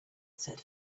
said